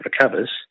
recovers